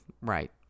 Right